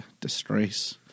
Disgrace